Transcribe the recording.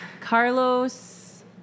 Carlos